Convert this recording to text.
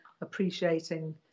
appreciating